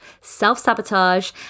self-sabotage